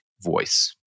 voice